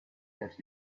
that